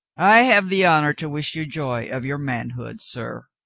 i have the honor to wish you joy of your man hood, sir,